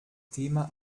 thema